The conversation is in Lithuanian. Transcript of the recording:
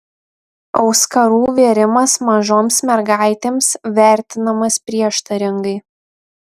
auskarų vėrimas mažoms mergaitėms vertinamas prieštaringai